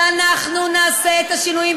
ואנחנו נעשה את השינויים,